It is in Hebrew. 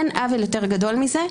אין עוול יותר גדול מזה,